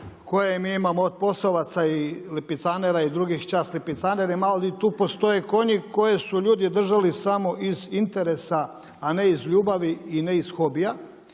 koje mi imamo od posovaca i lipicanera i drugih časni lipicaneri, malo i tu postoje konji koje su ljudi držali samo iz interesa a ne iz ljubavi i ne iz hobija.